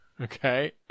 Okay